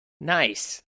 Nice